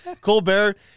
Colbert